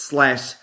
Slash